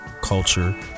culture